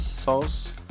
sauce